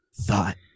thought